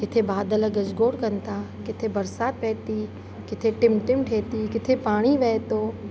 किथे बादल गजगोड़ कनि था किथे बरसाति पए थी किथे टिमटिम थिए थी किथे पाणी वहे थो